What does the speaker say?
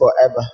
forever